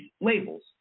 labels